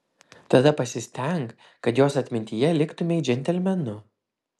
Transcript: tada pasistenk kad jos atmintyje liktumei džentelmenu